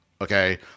Okay